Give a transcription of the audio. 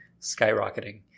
skyrocketing